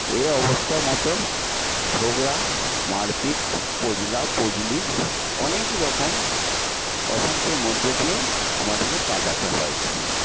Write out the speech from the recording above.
এ অবস্থা মতো ঝগড়া মারপিট পোঁজলা পোঁজলি অনেকরকম অশান্তির মধ্য দিয়ে আমাদেরকে কাটাতে হয়